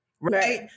Right